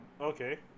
Okay